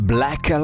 Black